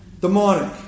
demonic